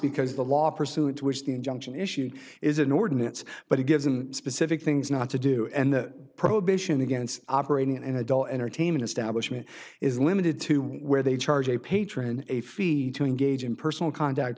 because the law pursued which the injunction issued is an ordinance but it gives them specific things not to do and the prohibition against operating an adult entertainment establishment is limited to where they charge a patron a fee to engage in personal con